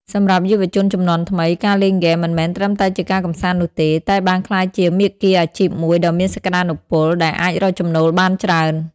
សម្រាប់យុវជនជំនាន់ថ្មី ការលេងហ្គេមមិនមែនត្រឹមជាការកម្សាន្តនោះទេ តែបានក្លាយជាមាគ៌ាអាជីពមួយដ៏មានសក្ដានុពល ដែលអាចរកចំណូលបានច្រើន។